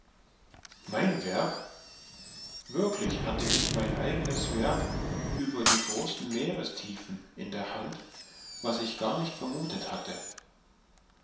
mein werk wirklich hatte ich mein eigenes werk über die großen meerestiefen in der hand was ich gar nicht vermuthet hatte